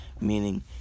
Meaning